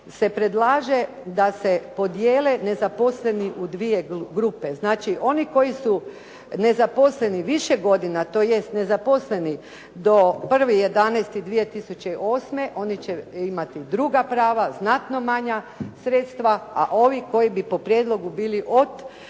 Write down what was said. se predlaže da se podijele nezaposleni u dvije grupe. Znači, oni koji su nezaposleni više godina tj. nezaposleni do 1. 11. 2008. oni će imati druga prava, znatno manja sredstva, a ovi koji bi po prijedlogu bili od